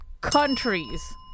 countries